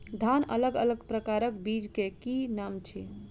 धान अलग अलग प्रकारक बीज केँ की नाम अछि?